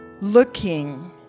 looking